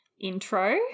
intro